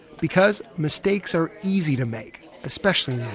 because mistakes are easy to make especially